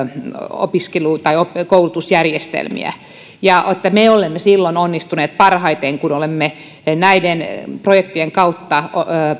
opiskelu tai koulutusjärjestelmiä me olemme silloin onnistuneet parhaiten kun olemme näiden projektien kautta